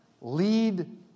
lead